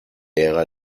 ära